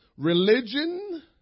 Religion